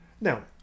Now